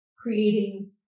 creating